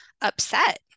upset